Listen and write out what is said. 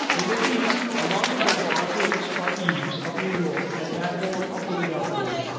in the east, among the best are brooks or eaves, of new york, and van horn of philadelphia.